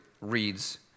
reads